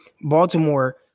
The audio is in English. Baltimore